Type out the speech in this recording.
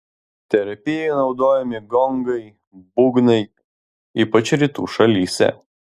terapijai naudojami gongai būgnai ypač rytų šalyse